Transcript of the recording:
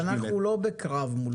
אנחנו לא בקרב מולך.